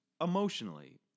emotionally